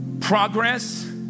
progress